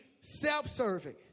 self-serving